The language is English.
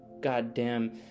goddamn